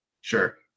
Sure